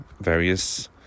various